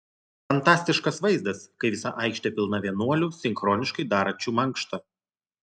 fantastiškas vaizdas kai visa aikštė pilna vienuolių sinchroniškai darančių mankštą